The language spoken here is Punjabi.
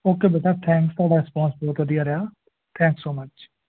ਓਕੇ ਬੇਟਾ ਥੈਂਕਸ ਤੁਹਾਡਾ ਰਿਸਪੋਂਸ ਬਹੁਤ ਵਧੀਆ ਰਿਹਾ ਥੈਂਕਸ ਸੋ ਮਚ